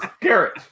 Garrett